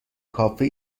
کافه